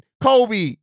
Kobe